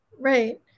Right